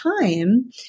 time